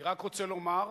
אני רק רוצה לומר: